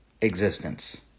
existence